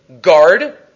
Guard